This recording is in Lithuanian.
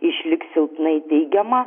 išliks silpnai teigiama